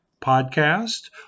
podcast